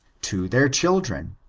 to their children.